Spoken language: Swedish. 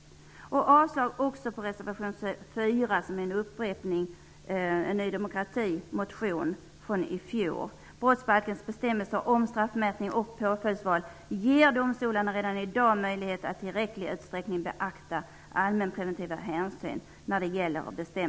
Jag yrkar avslag också på reservation 4, som är en upprepning av vad Ny demokrati uttryckte i en motion i fjol. Brottsbalkens bestämmelser om straffmätning och påföljdsval ger redan i dag domstolarna möjlighet att i tillräcklig utsträckning beakta allmänpreventiva hänsyn vid valet av påföljd för brott.